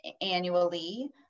annually